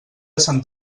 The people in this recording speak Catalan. sant